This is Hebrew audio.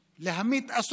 לא, את צריכה